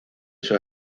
sus